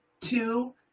Two